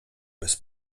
bez